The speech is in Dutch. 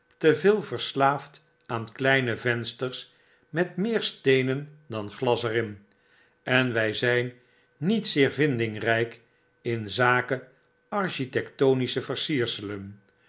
veel verslaafd aan kleine vensters met meer steenen dan glas er in en wij zyn niet zeer vindingryk in zake architectonische versierselen